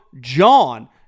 John